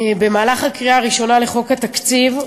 בקריאה הראשונה של חוק התקציב,